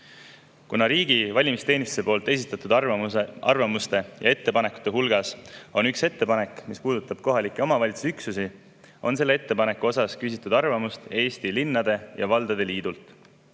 Kuna riigi valimisteenistuse arvamuste ja ettepanekute hulgas on üks ettepanek, mis puudutab kohalikke omavalitsusüksusi, on selle ettepaneku kohta küsitud arvamust Eesti Linnade ja Valdade Liidult.